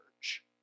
church